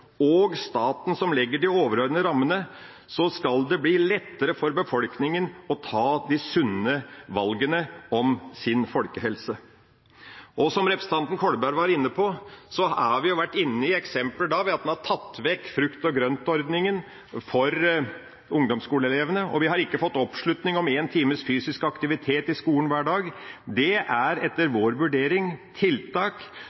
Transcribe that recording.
og staten, som legger de overordnede rammene, skal det bli lettere for befolkninga å ta de sunne valgene om sin folkehelse. Som representanten Kolberg var inne på, har vi hatt eksempler på at en har tatt vekk frukt-og-grønt-ordninga for ungdomsskoleelevene, og vi har ikke fått oppslutning om en times fysisk aktivitet i skolen hver dag. Dette er etter